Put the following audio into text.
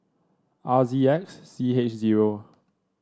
R Z X C H zero